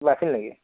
কিবা আছিল নেকি